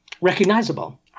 recognizable